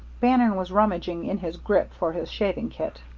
bannon was rummaging in his grip for his shaving kit.